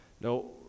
No